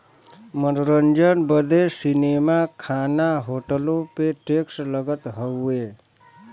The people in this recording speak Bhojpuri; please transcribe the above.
मनोरंजन बदे सीनेमा, खाना, होटलो पे टैक्स लगत हउए